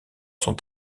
sont